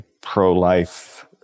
pro-life